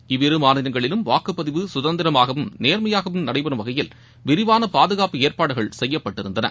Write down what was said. இவ்விரு மாநிலங்களிலும் வாக்குப்பதிவு சுதந்திரமாகவும் நேர்எமயாகவும் நடைபெறும் வகையில் விரிவாள பாதுகாப்பு ஏற்பாடுகள் செய்யப்பட்டிருந்தன